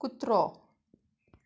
कुत्रो